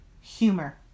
humor